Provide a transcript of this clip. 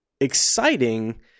exciting